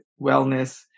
wellness